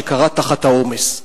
שכרע תחת העומס.